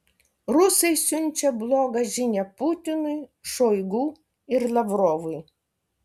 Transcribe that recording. rusai siunčia blogą žinią putinui šoigu ir lavrovui